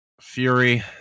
Fury